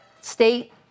state